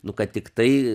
nu kad tiktai